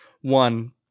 one